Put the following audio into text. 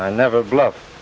i never bluff